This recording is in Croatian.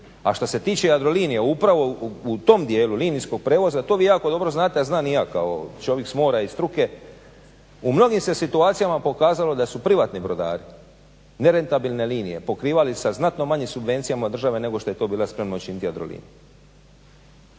A što se tiče Jadrolinije upravo u tom dijelu linijskog prijevoza to vi jako dobro znate, a znam i ja kao čovjek s mora i struke u mnogim se situacijama pokazalo da su privatni brodari, nerentabilne linije pokrivali sa znatno manjim subvencijama od države nego što je to bila spremna učiniti Jadrolinija.